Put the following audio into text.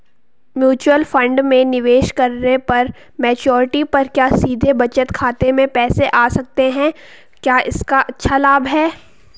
Mutual fund में निवेश करने पर मैच्योरिटी पर क्या सीधे बचत खाते में पैसे आ सकते हैं क्या इसका अच्छा लाभ है?